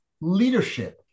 leadership